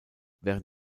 während